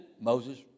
Moses